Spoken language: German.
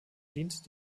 diente